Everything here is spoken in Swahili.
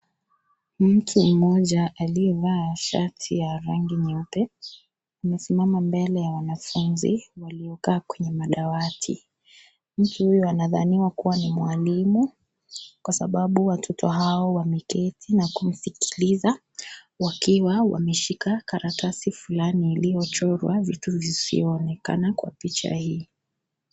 Mtu mmoja aliyevaa shati ya rangi nyeupe, anasimama mbele ya wanafunzi, waliokaa kwenye madawati. Mtu huyu anadhaniwa kuwa ni mwalimu, kwa sababu watoto hao wameketi na kumsikiliza, wakiwa wameshika karatasi fulani iliyochorwa vitu visivyoonekana kwa picha hii.